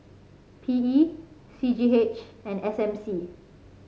P E C G H and S M C